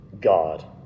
God